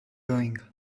going